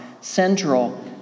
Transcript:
central